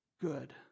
good